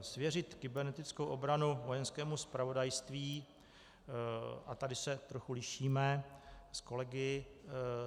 Svěřit kybernetickou obranu Vojenskému zpravodajství, a tady se trochu lišíme s kolegy,